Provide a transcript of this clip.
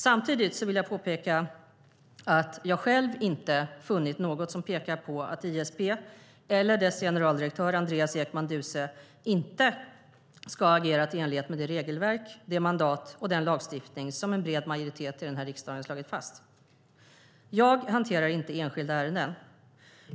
Samtidigt vill jag påpeka att jag själv inte funnit något som pekar på att ISP eller dess generaldirektör Andreas Ekman Duse inte ska ha agerat i enlighet med det regelverk, det mandat och den lagstiftning som en bred majoritet i denna riksdag har slagit fast. Jag hanterar inte enskilda ärenden.